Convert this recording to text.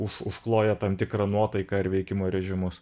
už užkloja tam tikrą nuotaiką ar veikimo režimus